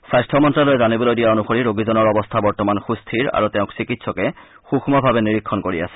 স্বাস্থ্য মন্ত্যালয়ে জানিবলৈ দিয়া অনুসৰি ৰোগীজনৰ অৱস্থা বৰ্তমান সুস্থিৰ আৰু তেওঁক চিকিৎসকে সূক্ষভাৱে নিৰীক্ষণ কৰি আছে